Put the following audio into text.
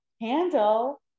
handle